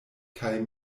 kaj